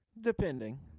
Depending